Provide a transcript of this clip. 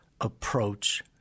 approach